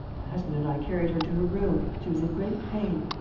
my husband and i carried her to her room. she was in great pain.